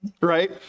right